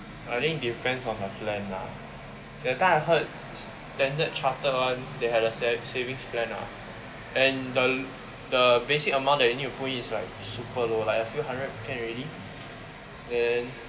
I think depends on the plan lah that time I heard standard chartered [one] they had a sav~ savings plan lah and the the basic amount that you need to put in is like super long like a few hundred can already then